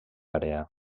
àrea